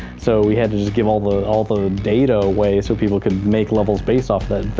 so, we had to just give all the all the data away so people could make levels based off